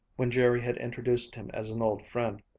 when jerry had introduced him as an old friend,